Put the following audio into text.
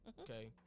okay